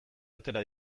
atera